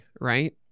right